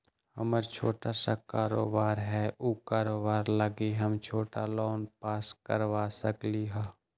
हमर छोटा सा कारोबार है उ कारोबार लागी हम छोटा लोन पास करवा सकली ह?